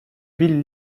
bill